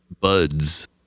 buds